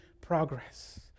progress